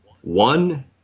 one